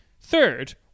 Third